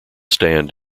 stand